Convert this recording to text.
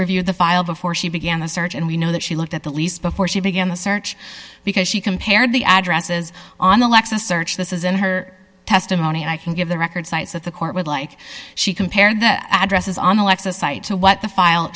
reviewed the file before she began the search and we know that she looked at the lease before she began the search because she compared the addresses on alexa search this is in her testimony and i can give the record cites that the court would like she compared that addresses on alexa site to what the file